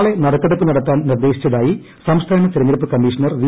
നാളെ നറുക്കെടുപ്പ് നടത്താൻ നിർദ്ദേശിച്ചതായി സംസ്ഥാന തെരഞ്ഞെടുപ്പ് കമ്മീഷണർ വി